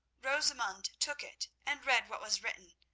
rosamund took it and read what was written,